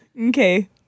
Okay